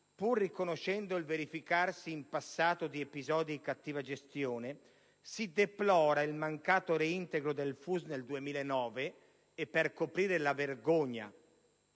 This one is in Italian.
pur riconoscendo il verificarsi in passato di episodi di cattiva gestione, si deplora il mancato reintegro del FUS nel 2009, tanto che per coprire la vergogna,